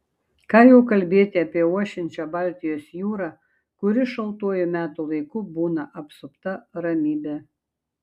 ką jau kalbėti apie ošiančią baltijos jūrą kuri šaltuoju metų laiku būna apsupta ramybe